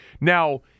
Now